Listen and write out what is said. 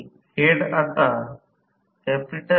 तर हे समीकरण 29 आहे